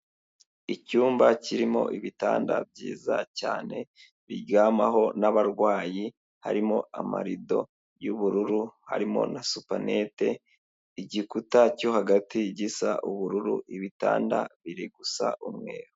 Icyumba kirimo ibitanda byiza cyane biryamaho n'abarwayi. Harimo amarido y'ubururu, harimo na supanete, igikuta cyo hagati gisa ubururu, ibitanda biri gusa umweru.